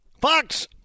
Fox